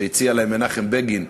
שהציע להם מנחם בגין: